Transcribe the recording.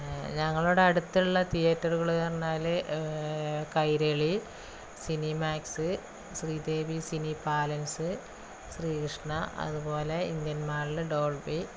ഞങ്ങളുടെ അടുത്തുള്ള തീയേറ്ററുകള് എന്ന് പറഞ്ഞാല് കൈരളി സിനിമാക്സ് ശ്രീദേവി സിനി പാലന്സ് ശ്രീ കൃഷ്ണ അതുപോലെ ഇന്ത്യൻ മാളില് ഡോൾബി